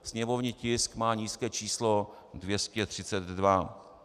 Sněmovní tisk má nízké číslo 232.